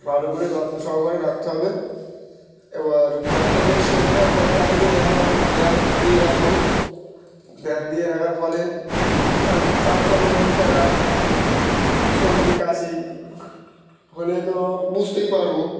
ভালো করে যত্ন সহকারে রাখতে হবে এবার ককটার যদি শরীর খারাপ করে তার দিকে ধ্যানান ধ্যান দিয়ে রাখবো ধ্যান দিয়ে রাখার ফলে তার চাল চলন ফেরা সর্দি কাশি হলে তো বুঝতেই পারবো